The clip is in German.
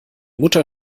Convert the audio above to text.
mutter